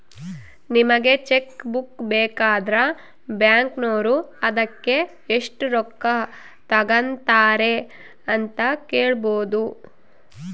ನಿಮಗೆ cheque book ಬೇಕಂದ್ರ ಬ್ಯಾಕಿನೋರು ಅದಕ್ಕೆ ಎಷ್ಟು ರೊಕ್ಕ ತಂಗತಾರೆ ಅಂತ ಕೇಳಬೊದು